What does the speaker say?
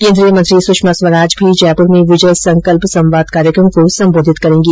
केन्द्रीय मंत्री सुषमा स्वराज भी जयपुर में विजय संकल्प संवाद कार्यक्रम को सम्बोधित करेंगी